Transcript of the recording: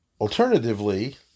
Alternatively